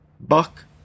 Buck